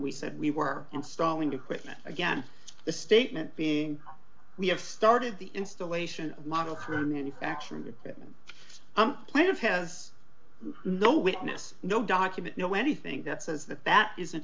we said we were installing equipment again the statement being we have started the installation model kernan factual victim plan of has no witness no document no anything that says that that is